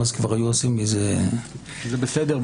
כבר היו עושים מזה --- זה בסדר.